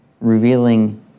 revealing